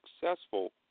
successful